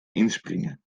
inspringen